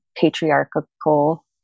patriarchal